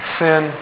sin